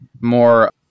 more